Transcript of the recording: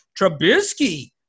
Trubisky